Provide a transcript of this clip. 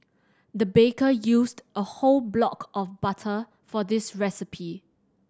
the baker used a whole block of butter for this recipe